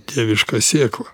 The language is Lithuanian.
dievišką sėklą